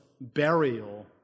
burial